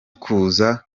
kuza